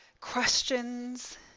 questions